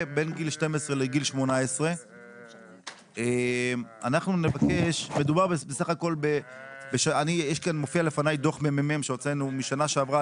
בין גיל 12 לגיל 18. מופיע לפניי דוח ממ"מ שהוצאנו משנה שעברה.